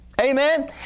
Amen